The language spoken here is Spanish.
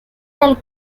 del